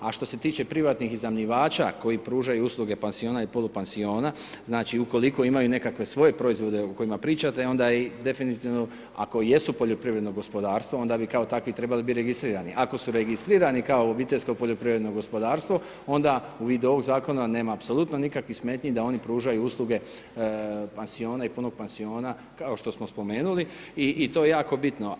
A što se tiče privatnih iznajmljivača koji pružaju usluge pansiona i polupansiona, znači ukoliko imaju nekakve svoje proizvode o kojima pričate, onda i definitivno ako i jesu poljoprivredno gospodarstvo, onda bi kao takvi trebali biti registrirani, ako su registrirani kao OPG onda u vidu ovog zakona, nema apsolutno nikakvih smetnji da oni pružaju usluge pansiona i polupansiona kao što smo spomenuli i to je jako bitno.